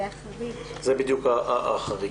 זה בדיוק החריג.